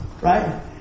Right